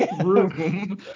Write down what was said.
room